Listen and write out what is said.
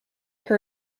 her